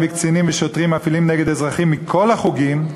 וקצינים ושוטרים מפעילים נגד אזרחים מכל החוגים,